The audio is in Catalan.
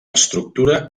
estructura